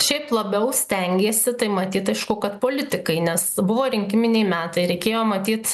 šiaip labiau stengėsi tai matyt aišku kad politikai nes buvo rinkiminiai metai reikėjo matyt